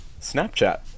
Snapchat